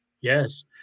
Yes